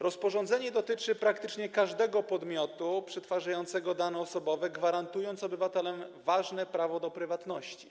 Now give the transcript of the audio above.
Rozporządzenie dotyczy praktycznie każdego podmiotu przetwarzającego dane osobowe, gwarantuje obywatelom ważne prawo do prywatności.